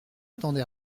attendre